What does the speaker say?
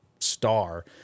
Star